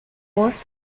was